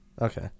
Okay